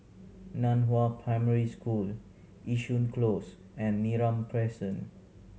Nan Hua Primary School Yishun Close and Neram Crescent